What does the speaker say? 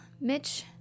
Mitch